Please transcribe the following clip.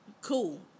cool